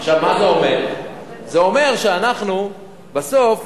מה זה אומר, שאנחנו בסוף